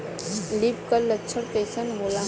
Leaf curl लक्षण कइसन होला?